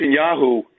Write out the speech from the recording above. Netanyahu